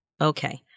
Okay